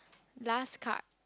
last card